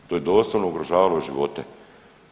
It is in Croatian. To je doslovno ugrožavalo živote.